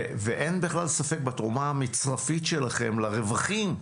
ואין בכלל ספק בתרומה המצרפית שלכם לרווחים.